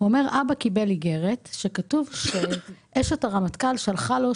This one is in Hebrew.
והוא אמר: "אבא קיבל איגרת מאשת הרמטכ"ל שבה כתוב: